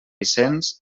vicenç